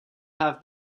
have